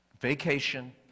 vacation